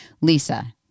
lisa